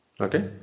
Okay